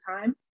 time